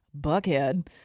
Buckhead